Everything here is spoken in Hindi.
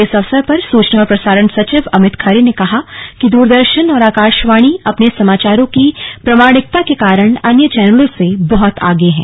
इस अवसर पर सूचना और प्रसारण सचिव अमित खरे ने कहा कि दूरदर्शन और आकाशवाणी अपने समाचारों की प्रमाणिकता के कारण अन्य चैनलों से बहत आगे है